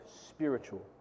spiritual